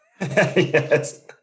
Yes